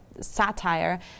satire